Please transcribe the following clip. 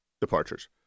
departures